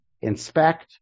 inspect